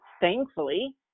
thankfully